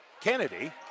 Kennedy